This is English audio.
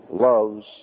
loves